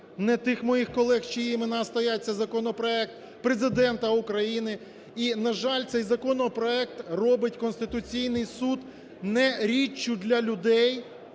не тих моїх колег, чиї імена стоять, це законопроект Президента України. І, на жаль, цей законопроект робить Конституційний Суд не річчю для людей,